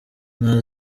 nta